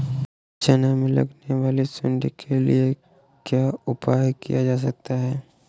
चना में लगने वाली सुंडी के लिए क्या उपाय किया जा सकता है?